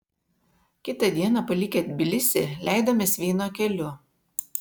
kitą dieną palikę tbilisį leidomės vyno keliu